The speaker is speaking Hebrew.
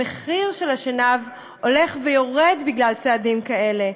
המחיר של השנהב הולך ויורד בגלל צעדים כאלה.